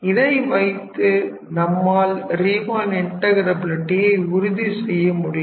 இதை வைத்து நம்மால் ரீமன் இன்ட்டகிரபிலிடியை உறுதி செய்ய முடியும்